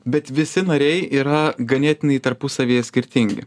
bet visi nariai yra ganėtinai tarpusavyje skirtingi